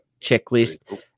checklist